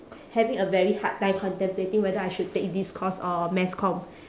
having a very hard time contemplating whether I should take this course or mass comm